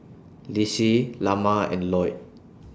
Lissie Lamar and Loyd